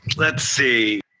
let's see,